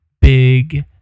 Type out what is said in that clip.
big